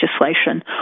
legislation